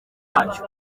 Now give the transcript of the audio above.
yacyo